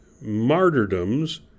martyrdoms